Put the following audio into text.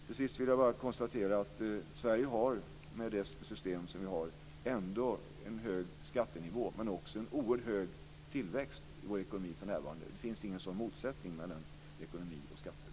Till sist vill jag bara konstatera att Sverige har en hög skattenivå med det system vi har, men vi har också en oerhört hög tillväxt i vår ekonomi för närvarande. Det finns ingen sådan motsättning mellan ekonomi och skatter.